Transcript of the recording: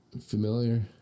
Familiar